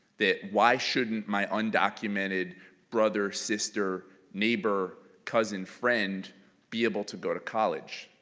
that why shouldn't my undocumented brother, sister, neighbor, cousin, friend be able to go to college.